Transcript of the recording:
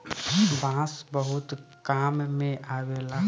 बांस बहुते काम में अवेला